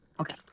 Okay